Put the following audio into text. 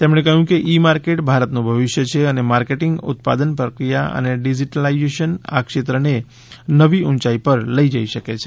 તેમણે કહ્યું કે ઇ માર્કેટ ભારતનું ભવિષ્ય છે અને માર્કેટિંગ ઉત્પાદન પ્રક્રિયા અને ડિજિટલાઇઝેશન આ ક્ષેત્રને નવી ઉચાઇ પર લઈ જઈ શકે છે